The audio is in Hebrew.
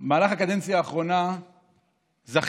במהלך הקדנציה האחרונה זכיתי,